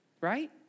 Right